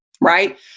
right